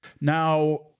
Now